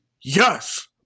Yes